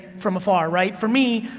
from afar, right? for me,